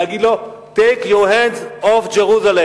להגיד לו: Take your hands off Jerusalem,